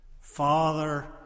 Father